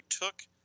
took